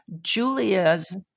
Julia's